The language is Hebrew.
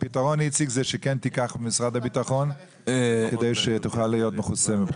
הפתרון זה שכן תיקח ממשרד הביטחון כדי שתוכל להיות מכוסה.